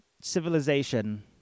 civilization